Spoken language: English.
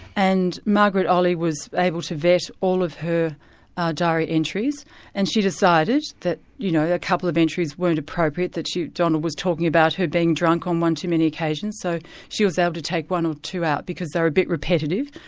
and margaret olley was able to vet all of her diary entries and she decided that, you know, a couple of entries weren't appropriate, that donald was talking about her being drunk on one too many occasions. so she was able to take one or two out, because they were a bit repetitive.